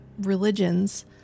religions